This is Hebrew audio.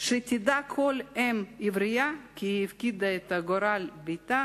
שתדע כל אם עברייה כי הפקידה את גורל בתה